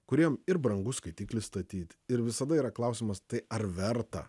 kuriem ir brangu skaitiklį statyt ir visada yra klausimas tai ar verta